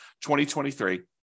2023